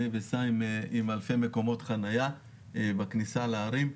וסע עם אלפי מקומות חניה בכניסה לערים,